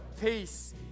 peace